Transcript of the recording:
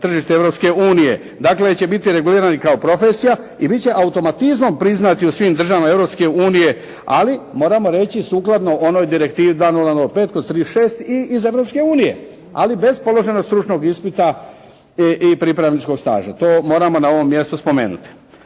tržištu Europske unije. Dakle, će biti regulirani kao profesija i bit će automatizmom priznati u svim državama Europske unije. Ali moramo reći sukladno onoj Direktivi 2005/36 i iz Europske unije. Ali bez položenog stručnog ispita i pripravničkog staža. To moramo na ovom mjestu spomenuti.